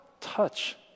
touch